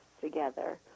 together